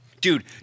Dude